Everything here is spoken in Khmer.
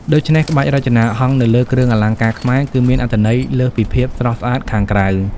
ដូច្នេះក្បាច់រចនាហង្សនៅលើគ្រឿងអលង្ការខ្មែរ គឺមានអត្ថន័យលើសពីភាពស្រស់ស្អាតខាងក្រៅ។